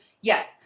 yes